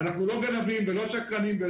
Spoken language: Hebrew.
אנחנו מסתכלים על